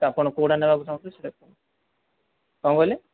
ତ ଆପଣ କେଉଁଟା ନେବାକୁ ଚାହୁଁଛନ୍ତି ସେଇଟା କୁହନ୍ତୁ କ'ଣ କହିଲେ